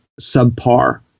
subpar